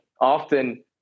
often